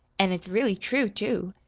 an' it's really true, too.